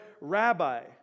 rabbi